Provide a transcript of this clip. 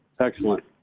excellent